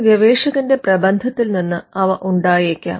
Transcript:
ഒരു ഗവേഷകന്റെ പ്രബന്ധത്തിൽ നിന്ന് അവ ഉണ്ടായേക്കാം